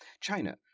China